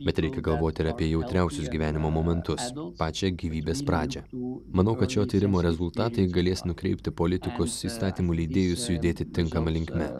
bet reikia galvoti ir apie jautriausius gyvenimo momentus pačią gyvybės pradžią manau kad šio tyrimo rezultatai galės nukreipti politikus įstatymų leidėjus judėti tinkama linkme